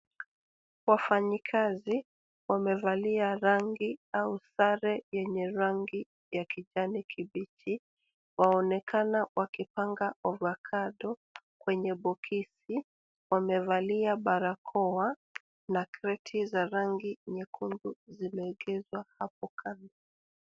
Wafanyikazi, wamevalia rangi, au sare yenye rangi ya kijani kibichi, waonekana, wakipanga ovacado kwenye bokisi, wamevalia barakoa, na kreti za rangi nyekundu zimeegezwa hapo kando.